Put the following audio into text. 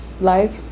life